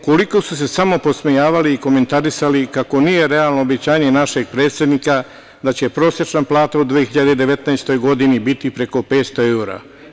Koliko su se samo podsmejavali i komentarisali kako nije realno obećanje našeg predsednika da će prosečna plata u 2019. godini biti preko 500 eura.